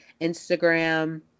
Instagram